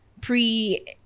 Pre